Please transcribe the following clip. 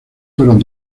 fueron